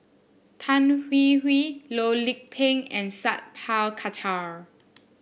Tan Hwee Hwee Loh Lik Peng and Sat Pal Khattar